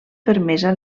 permesa